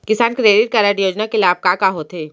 किसान credit card योजना के लाभ का का होथे?